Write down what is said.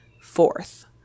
fourth